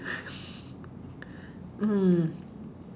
mm